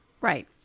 right